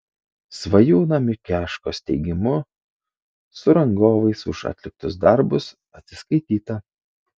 svajūno mikeškos teigimu su rangovais už atliktus darbus atsiskaityta